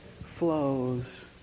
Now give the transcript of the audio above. flows